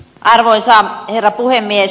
arvoisa herra puhemies